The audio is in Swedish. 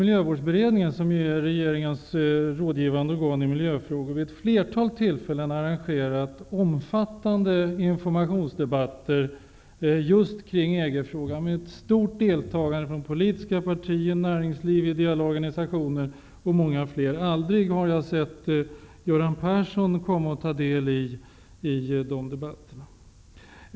Miljövårdsberedningen, som är regeringens rådgivande organ i miljöfrågor, har vid ett flertal tillfällen arrangerat omfattande informationsdebatter kring EG-frågan. Dessa debatter har haft ett stort antal deltagare från politiska partier, näringslivet, ideella organisationer m.fl. Men jag har aldrig sett Göran Persson delta i dessa debatter.